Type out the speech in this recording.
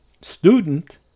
student